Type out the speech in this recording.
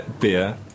beer